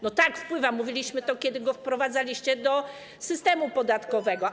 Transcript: No tak, wpływa, mówiliśmy to, kiedy go wprowadzaliście do systemu podatkowego.